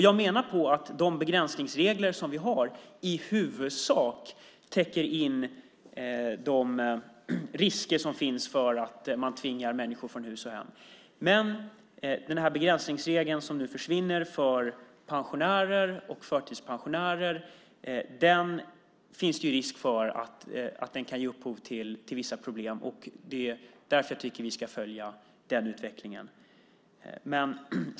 Jag menar att de begränsningsregler som vi har i huvudsak täcker in de risker som finns för att man tvingar människor från hus och hem. Men det finns en risk att den begränsningsregel som nu försvinner för pensionärer och förtidspensionärer kan ge upphov till vissa problem, och därför tycker jag att vi ska följa den utvecklingen.